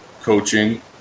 coaching